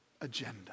agenda